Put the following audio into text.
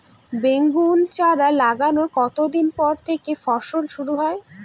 বেগুন চারা লাগানোর কতদিন পর থেকে ফলন শুরু হয়?